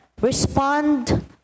Respond